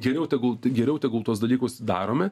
geriau tegul geriau tegul tuos dalykus darome